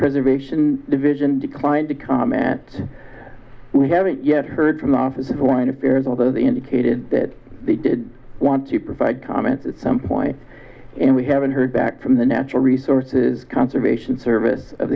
preservation division declined to comment that we haven't yet heard from the office in the line of tears although they indicated that they did want to provide comments at some point and we haven't heard back from the natural resources conservation service of